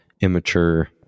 immature